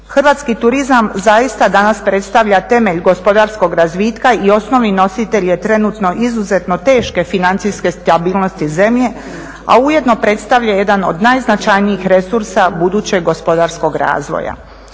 Hrvatski turizam zaista danas predstavlja temelj gospodarskog razvitka i osnovni nositelj je trenutno izuzetno teške financijske stabilnosti zemlje, a ujedno predstavlja jedan od najznačajnijih resursa budućeg gospodarskog razvoja.